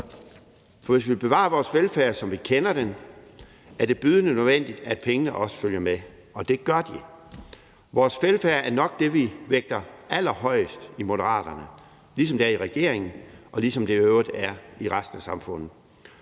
For hvis vi vil bevare vores velfærd, som vi kender den, er det bydende nødvendigt, at pengene også følger med, og det gør de. Vores velfærd er nok det, vi vægter allerhøjest i Moderaterne, ligesom det er i regeringen, og ligesom det i øvrigt er i resten af samfundet.